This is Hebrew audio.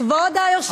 כבוד היושב-ראש,